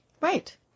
Right